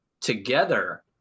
together